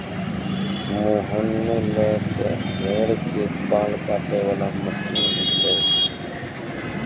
मोहन लॅ त भेड़ के बाल काटै वाला मशीन भी छै